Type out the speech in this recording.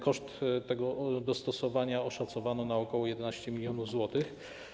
Koszt tego dostosowania oszacowano na ok. 11 mln zł.